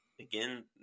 Again